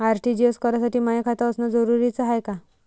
RTGS करासाठी माय खात असनं जरुरीच हाय का?